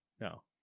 No